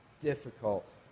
Difficult